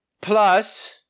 plus